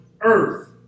earth